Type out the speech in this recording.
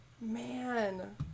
Man